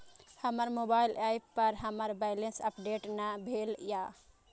हमर mobile app पर हमर बैलेंस अपडेट ने भेल या